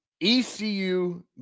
ECU